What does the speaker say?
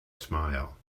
smile